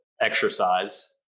exercise